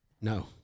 no